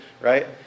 right